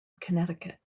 connecticut